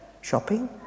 Shopping